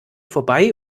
vorbei